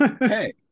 hey